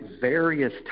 various